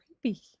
creepy